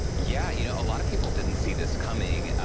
yeah you know a lot of people didn't see this coming.